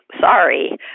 sorry